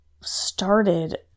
started